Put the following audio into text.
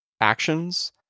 actions